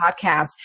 podcast